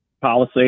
policy